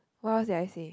what else did I say